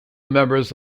members